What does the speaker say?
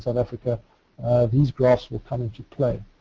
and africa these graphs will come into play.